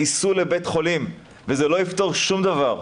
ייסעו לבית חולים וזה לא יפתור שום דבר.